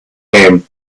came